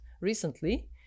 recently